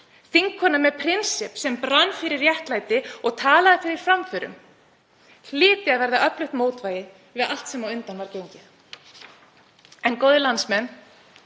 Þingkona með prinsipp sem brann fyrir réttlæti og talaði fyrir framförum hlyti að verða öflugt mótvægi við allt sem á undan var gengið. Góðir landsmenn.